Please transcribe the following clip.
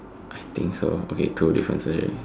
I think so okay two differences already